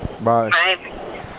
Bye